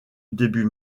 début